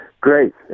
Great